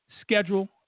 schedule